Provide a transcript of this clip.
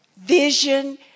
Vision